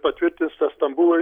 patvirtins tą stambului